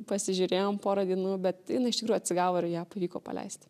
pasižiūrėjom porą dienų bet jinai iš tikrųjų atsigavo ir ją pavyko paleisti